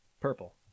purple